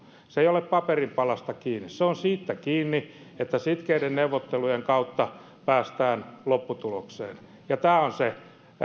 se ei ole paperinpalasta kiinni se on siitä kiinni että sitkeiden neuvottelujen kautta päästään lopputulokseen tämä on se